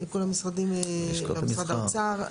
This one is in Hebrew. האוצר.